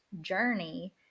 journey